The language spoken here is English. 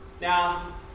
Now